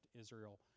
Israel